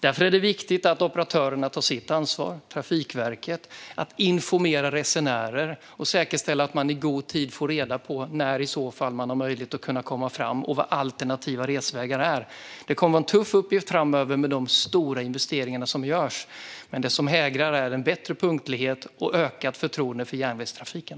Därför är det viktigt att operatörerna och Trafikverket tar sitt ansvar att informera resenärerna och säkerställa att man i god tid får reda på när man har möjlighet att komma fram och vilka de alternativa resvägarna är. Det kommer att vara en tuff uppgift framöver med de stora investeringar som görs, men det som hägrar är en bättre punktlighet och ökat förtroende för järnvägstrafiken.